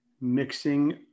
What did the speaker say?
mixing –